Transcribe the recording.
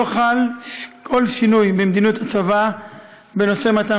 לא חל כל שינוי במדיניות הצבא בנושא מתן